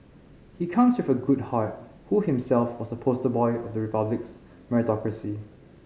he comes with a good heart who himself was a poster boy of the Republic's meritocracy